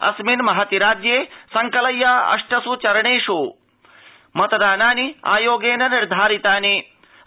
अस्मिन् महति राज्ये संकलध्य अष्टस् चरेण् मतदानानि आयोगेन निर्धारितानि सन्ति